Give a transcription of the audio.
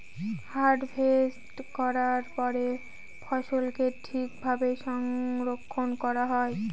harvest করার পরে ফসলকে ঠিক ভাবে সংরক্ষন করা হয়